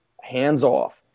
hands-off